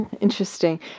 Interesting